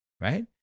right